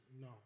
No